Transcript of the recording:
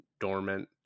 dormant